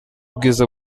bwiza